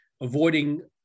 avoiding